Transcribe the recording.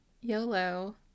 YOLO